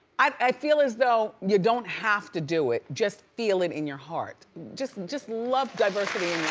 i feel as though, you don't have to do it. just feel it in your heart. just just love diversity